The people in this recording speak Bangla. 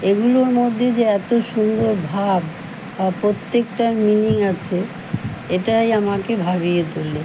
এগুলোর মধ্যে যে এতো সুন্দর ভাব বা প্রত্যেকটার মিনিং আছে এটাই আমাকে ভাবিয়ে তোলে